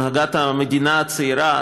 הנהגת המדינה הצעירה,